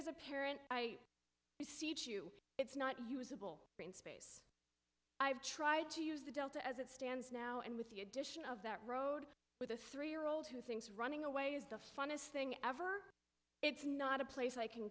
as a parent i beseech you it's not usable i've tried to use the delta as it stands now and with the addition of that road with a three year old who thinks running away is the funniest thing ever it's not a place i can